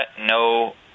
no